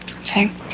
Okay